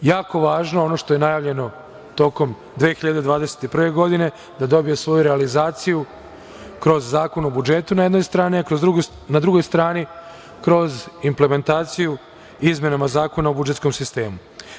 Jako važno, ono što je najavljeno tokom 2021. godine, da dobije svoju realizaciju kroz Zakon o budžetu na jednoj strani, a na drugoj strani kroz implementaciju izmenama Zakona o budžetskom sistemu.